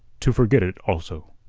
to forget it also.